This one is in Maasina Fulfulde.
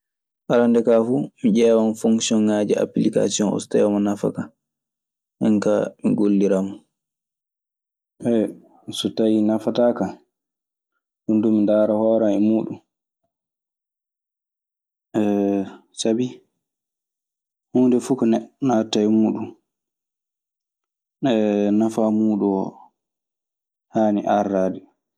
Arannde kaa fuu, mi ƴeewan foŋsionŋaaji appilikaasion oo, so tawii omo nafa kan. Nden kaa, mi golliran mo. So tawii nafataa kaa min duu mi ndaara hoore an e muuɗun. Sabi huunde fu ko neɗɗo naatata e muuɗun, nafaa muuɗun oo haani aardaade.